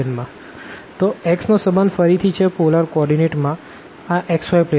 તોx નો સંબંધ ફરીથી છે પોલર કોઓર્ડીનેટ માં આ xy પ્લેન માં